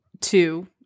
two